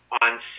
On